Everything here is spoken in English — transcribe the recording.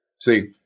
See